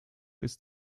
ist